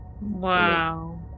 wow